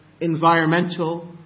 environmental